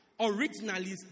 Originally